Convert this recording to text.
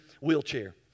wheelchair